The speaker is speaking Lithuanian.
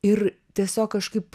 ir tiesiog kažkaip